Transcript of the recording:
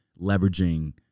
leveraging